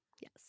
yes